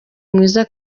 mwiza